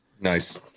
Nice